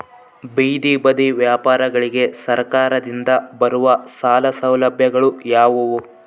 ಬೇದಿ ಬದಿ ವ್ಯಾಪಾರಗಳಿಗೆ ಸರಕಾರದಿಂದ ಬರುವ ಸಾಲ ಸೌಲಭ್ಯಗಳು ಯಾವುವು?